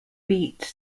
beat